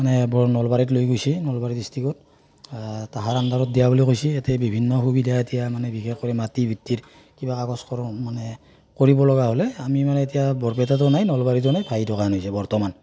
মানে বৰ নলবাৰীত লৈ গৈছে নলবাৰী ডিষ্ট্ৰিকত তাহাৰ আণ্ডাৰত দিয়া বুলি কৈছি ইয়াতে বিভিন্ন সুবিধা এতিয়া বিশেষ কৰি মানে মাটি ভিত্তিৰ কিবা কাগজ কৰোঁ মানে কৰিব লগা হ'লে আমি মানে এতিয়া বৰপেটাতো নাই নলবাৰীতো নাই ভাঁহি থকা নিচিনা হৈছে বৰ্তমান